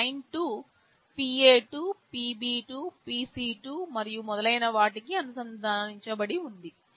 line 2 PA2 PB2 PC2 మరియు మొదలైన వాటికి అనుసంధానించబడి ఉంది